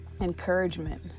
encouragement